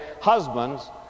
Husbands